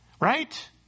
Right